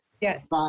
Yes